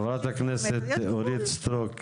חברת הכנסת אורית סטרוק,